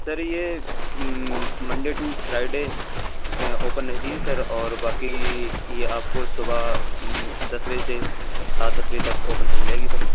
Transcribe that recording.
سر یہ Monday to Friday open رہتی ہے سر اور باقی یہ آپ کو صبح دس بجے سے رات دس بجے تک اوپن مل جائے گی سر